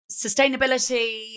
sustainability